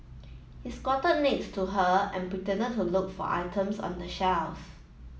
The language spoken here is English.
he squatted next to her and pretended to look for items on the shelves